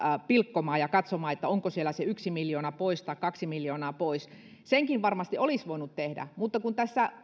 pilkkomaan ja katsomaan onko siellä se yksi miljoona pois tai kaksi miljoonaa pois senkin varmasti olisi voinut tehdä mutta kun